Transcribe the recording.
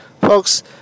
Folks